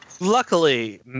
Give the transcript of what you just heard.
Luckily